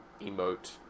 emote